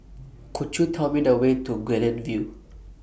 Could YOU Tell Me The Way to Guilin View